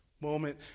moment